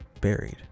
buried